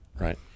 Right